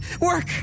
Work